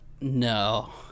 no